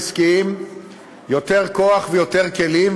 אנחנו נותנים לממונה על ההגבלים העסקיים יותר כוח ויותר כלים,